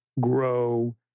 grow